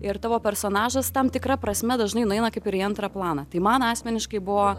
ir tavo personažas tam tikra prasme dažnai nueina kaip ir į antrą planą tai man asmeniškai buvo